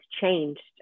changed